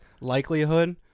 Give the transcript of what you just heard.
Likelihood